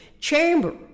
chamber